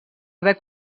haver